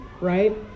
right